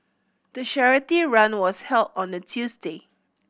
the charity run was held on a Tuesday